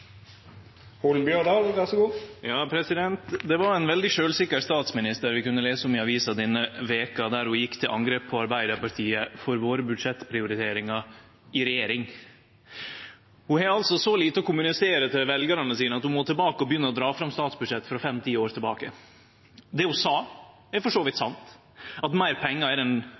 Det var ein veldig sjølvsikker statsminister vi kunne lese om i avisa denne veka, der ho gjekk til angrep på Arbeidarpartiet for våre budsjettprioriteringar i regjering. Ho har altså så lite å kommunisere til veljarane sine at ho må tilbake og begynne å dra fram statsbudsjett frå fem–ti år tilbake i tid. Det ho sa, er for så vidt sant, at meir pengar er den